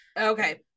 Okay